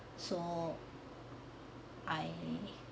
so I